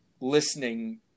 listening